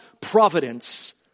providence